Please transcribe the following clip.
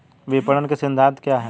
विपणन के सिद्धांत क्या हैं?